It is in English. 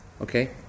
Okay